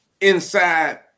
inside